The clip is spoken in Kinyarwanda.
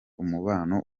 umubano